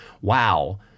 wow